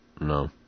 No